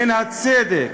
מן הצדק,